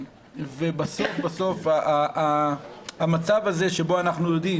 ובסוף בסוף המצב הזה שבו אנחנו יודעים